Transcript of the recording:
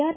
R